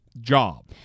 job